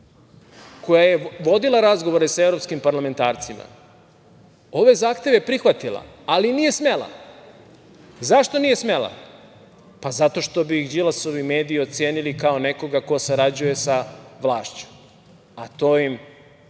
koja je vodila razgovore sa evropskim parlamentarcima ove zahteve prihvatila, ali nije smela. Zašto nije smela? Zato što bi ih Đilasovi mediji ocenili kao nekoga ko sarađuje sa vlašću, a to im